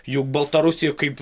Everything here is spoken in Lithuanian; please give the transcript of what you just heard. juk baltarusija kaip